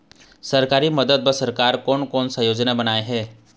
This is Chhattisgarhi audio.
सरकारी मदद बर सरकार कोन कौन सा योजना बनाए हे?